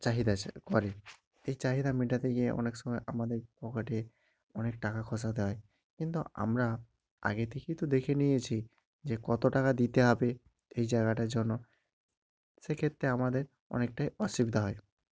চাহিদা চায় এই চাহিদা মেটাতে গিয়ে অনেক সময় আমাদের পকেটে অনেক টাকা খসাতে হয় কিন্তু আমরা আগে থেকেই তো দেখে নিয়েছি যে কত টাকা দিতে হবে এই জায়গাটার জন্য সেক্ষেত্রে আমাদের অনেকটাই অসুবিধা হয়